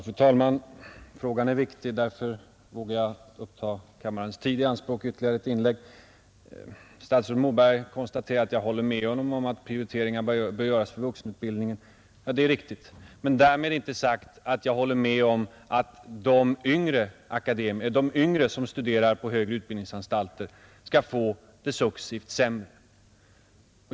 Fru talman! Frågan är viktig, och därför vågar jag ta kammarens tid i anspråk för ytterligare ett inlägg. Statsrådet Moberg konstaterar att jag håller med honom om att prioriteringar bör göras för vuxenutbildningen. Ja, det är riktigt, men därmed är inte sagt att jag håller med om att de yngre som studerar vid högre utbildningsanstalter skall få det successivt sämre.